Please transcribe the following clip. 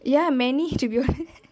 ya many to be honest